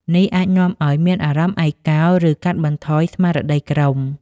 នេះអាចនាំឱ្យមានអារម្មណ៍ឯកោ ឬកាត់បន្ថយស្មារតីក្រុម។